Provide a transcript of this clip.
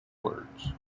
words